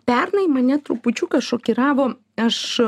pernai mane trupučiuką šokiravo aš